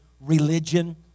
religion